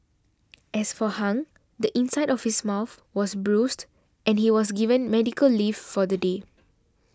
as for Hung the inside of his mouth was bruised and he was given medical leave for the day